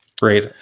Great